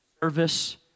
Service